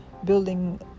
building